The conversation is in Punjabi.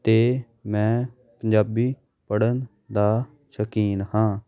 ਅਤੇ ਮੈਂ ਪੰਜਾਬੀ ਪੜ੍ਹਨ ਦਾ ਸ਼ੌਕੀਨ ਹਾਂ